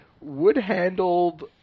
wood-handled